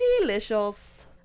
delicious